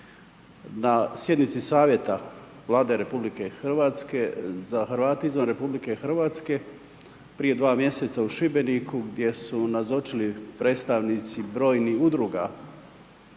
Na sjednici savjeta Vlade RH za Hrvate izvan RH prije dva mjeseca u Šibeniku gdje su nazočili predstavnici brojnih udruga